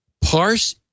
parse